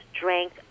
drank